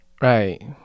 right